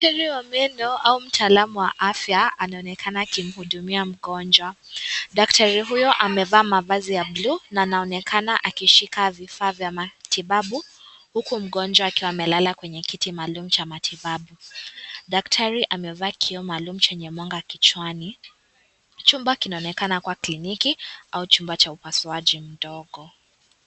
Daktari wa meno au mtaalamu wa afya anaonekana akimhudumia mgonjwa. Daktari huyo amevaa mavazi ya blue na anaonekana akishika vifaa vya matibabu huku mgonjwa akiwa amelala kwenye kiti maalaum cha matubabu . Daktaari amevaa kioo maalum chenye mwanga kichwani chumba kinaonekana kuwa klikini au chumba cha upasuaji mgodo.